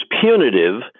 punitive